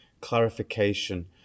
clarification